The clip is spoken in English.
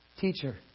teacher